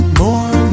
more